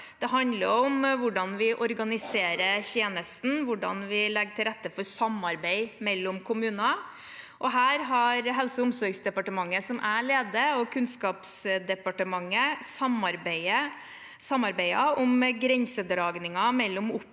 Det handler om hvordan vi organiserer tjenesten, hvordan vi legger til rette for samarbeid mellom kommuner, og her har Helse- og omsorgsdepartementet, som jeg leder, og Kunnskapsdepartementet samarbeidet om grensedragningen mellom opplæring